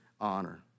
honor